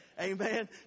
amen